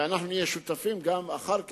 ואנחנו נהיה שותפים גם אחר כך,